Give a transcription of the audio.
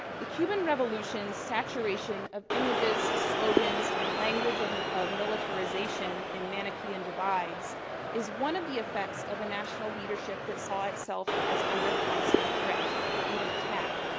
the cuban revolution's saturation of images, slogans and language of of militarization and manichean divides is one of the effects of a national leadership that saw itself as under constant threat, or even attack,